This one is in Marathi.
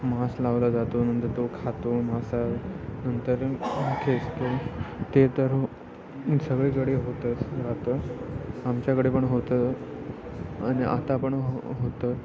मांस लावला जातो नंतर तो खातो मासा नंतर खेचतो ते तर सगळीकडे होतंच आता आमच्याकडे पण होतं आणि आता पण हो होतं